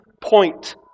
point